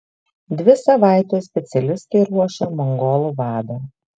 dvi savaites specialistai ruošė mongolų vadą